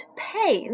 pay